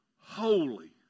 holy